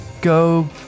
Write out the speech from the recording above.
go